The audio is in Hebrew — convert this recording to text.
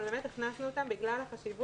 אבל הכנסנו אותם לתקנות בגלל החשיבות.